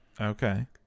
Okay